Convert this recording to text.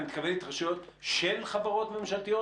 אתה מתכוון התקשרויות של חברות ממשלתיות